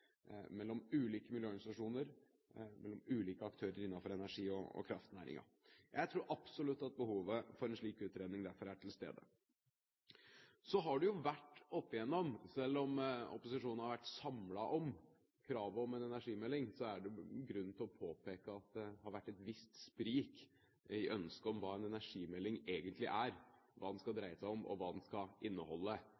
mellom ulike miljøorganisasjoner og mellom ulike aktører innenfor energi- og kraftnæringen, er ganske påfallende i norsk debatt. Jeg tror absolutt at behovet for en slik utredning derfor er til stede. Selv om opposisjonen har vært samlet om kravet om en energimelding, er det grunn til å påpeke at det har vært et visst sprik i ønsket om hva en energimelding egentlig er, hva den skal